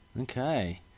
Okay